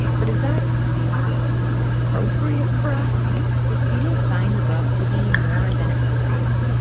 but is that appropriate for us the students find the book to be more than appropriate.